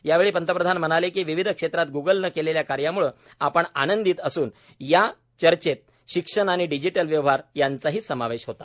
यावेळी पंतप्रधान म्हणाले की विविध क्षेत्रात ग्गलनं केलेल्या कार्याम्ळं आपण आनंदित असून या चर्चेत शिक्षण आणि डिजिटल व्यवहार यांचा समावेश आहे